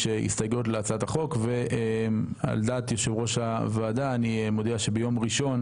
הסתייגויות להצעת החוק ועל דעת יושב ראש הוועדה אני מודיע שביום ראשון